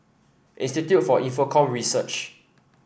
Institute for Infocomm Research